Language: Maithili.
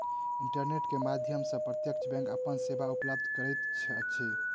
इंटरनेट के माध्यम सॅ प्रत्यक्ष बैंक अपन सेवा उपलब्ध करैत अछि